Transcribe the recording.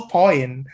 point